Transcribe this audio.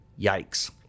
Yikes